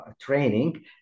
training